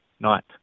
night